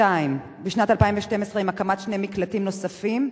2. בשנת 2012, עם הקמת שני מקלטים נוספים,